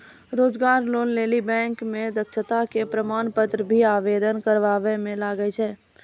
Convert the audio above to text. रोजगार लोन लेली बैंक मे दक्षता के प्रमाण पत्र भी आवेदन करबाबै मे लागै छै?